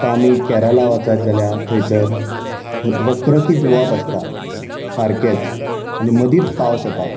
आतां आमी केरला वचत जाल्यार थंयसर रखरखीत वोत आसता सारकेंच आनी मदींच पावस येता